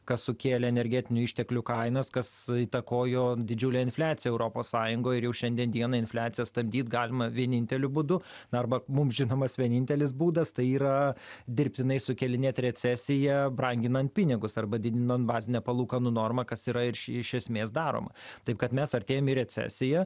kas sukėlė energetinių išteklių kainas kas įtakojo didžiulę infliaciją europos sąjungoj ir jau šiandien dienai infliaciją stabdyt galima vieninteliu būdu arba mum žinomas vienintelis būdas tai yra dirbtinai sukėlinėt recesiją branginant pinigus arba didinant bazinę palūkanų normą kas yra iš esmės daroma taip kad mes artėjam į recesiją